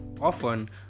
often